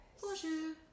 Bonjour